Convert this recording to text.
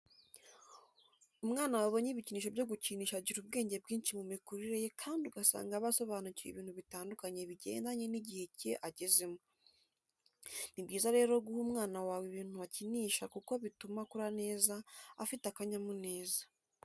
Umwana wabonye ibikinisho byo gukinisha agira ubwenge bwinshi mu mikurire ye kandi ugasanga aba asobanukiwe ibintu bitandukanye bigendanye n'igihe cye agezemo. Ni byiza rero guha umwana wawe ibintu akinisha kuko bituma akura neza afite akanyamuneza.